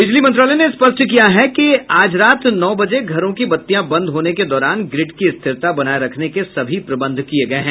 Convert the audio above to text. बिजली मंत्रालय ने स्पष्ट किया है कि आज रात नौ बजे घरों की बत्तियां बंद होने के दौरान ग्रिड की स्थिरता बनाए रखने के सभी प्रबंध किए गए हैं